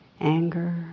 anger